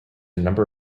number